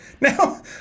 Now